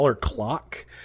clock